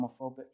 homophobic